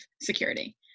security